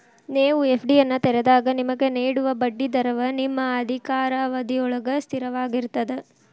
ನೇವು ಎ.ಫ್ಡಿಯನ್ನು ತೆರೆದಾಗ ನಿಮಗೆ ನೇಡುವ ಬಡ್ಡಿ ದರವ ನಿಮ್ಮ ಅಧಿಕಾರಾವಧಿಯೊಳ್ಗ ಸ್ಥಿರವಾಗಿರ್ತದ